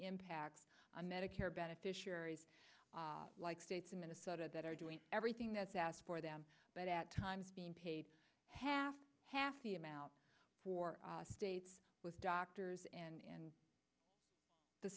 impact on medicare beneficiaries like states in minnesota that are doing everything that's asked for them but at times being paid half half the amount for states with doctors and